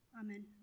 Amen